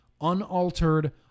unaltered